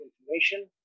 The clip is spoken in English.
information